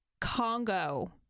Congo